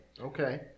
okay